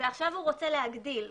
ועכשיו הוא רוצה להגדיל.